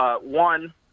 One